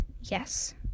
yes